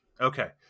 Okay